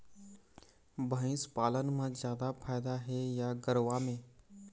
भंइस पालन म जादा फायदा हे या गरवा में?